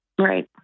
Right